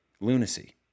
lunacy